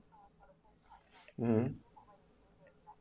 mmhmm